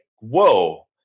whoa